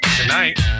Tonight